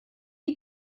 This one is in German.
die